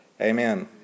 Amen